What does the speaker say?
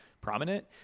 prominent